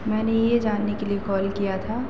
मैंने यह जानने के लिए कॉल किया था